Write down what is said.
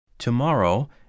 Tomorrow